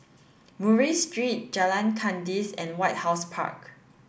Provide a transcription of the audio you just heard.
Murray Street Jalan Kandis and White House Park